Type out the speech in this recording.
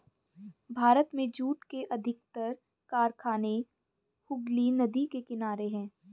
भारत में जूट के अधिकतर कारखाने हुगली नदी के किनारे हैं